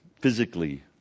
physically